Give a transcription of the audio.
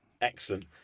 Excellent